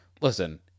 listen